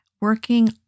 Working